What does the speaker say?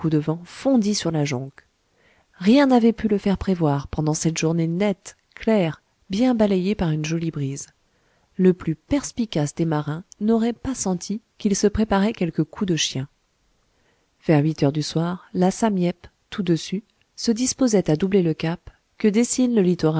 fondit sur la jonque rien n'avait pu le faire prévoir pendant cette journée nette claire bien balayée par une jolie brise le plus perspicace des marins n'aurait pas senti qu'il se préparait quelque coup de chien vers huit heures du soir la sam yep tout dessus se disposait à doubler le cap que dessine le